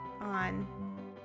on